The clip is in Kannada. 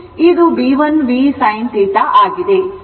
ಇದು Bl v sin θ ಆಗಿದೆ